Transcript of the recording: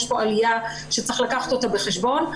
יש פה עליה שצריך לקחת בחשבון.